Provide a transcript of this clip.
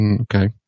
Okay